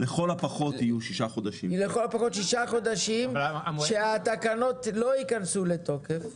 לכל הפחות שישה חודשים שהתקנות לא ייכנסו לתוקף,